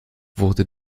wurde